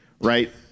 Right